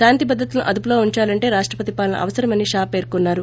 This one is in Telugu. శాంతి భద్రతలను అదుపులో ఉండాలంటే రాష్టపతి పాలన అవసరమని షా పేర్కొన్నారు